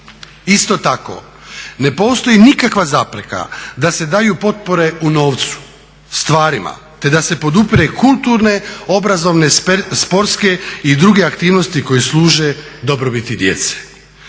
Isto tako ne postoji nikakva zapreka da se daju potpore u novcu, stvarima, te da se podupire kulturne, obrazovne, sportske i druge aktivnosti koje služe dobrobiti djece.